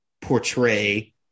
portray